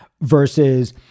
Versus